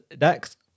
next